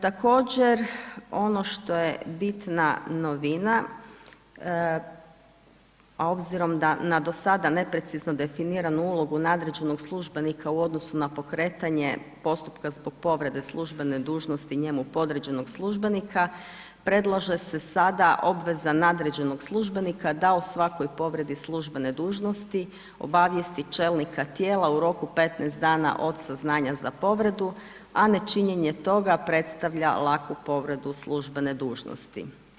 Također ono što je bitna novina, a obzirom da na do sada neprecizno definiran ulog u nadređenog službenika u odnosu na pokretanje postupka zbog povrede službene dužnosti i njemu podređenog službenika, predlaže se sada obveza nadređenog službenika, da o svakoj povredi službene dužnosti, obavijesti čelnika tijela u roku od 15 dana od saznanja za povredu, a nečinjenje toga, predstavlja laku povredu službene dužnosti.